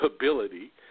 ability